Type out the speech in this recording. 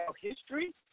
history